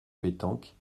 pétanque